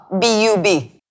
B-U-B